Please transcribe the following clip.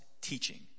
teaching